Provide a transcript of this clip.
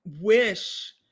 wish